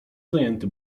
zajęty